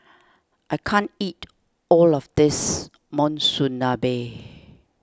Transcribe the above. I can't eat all of this Monsunabe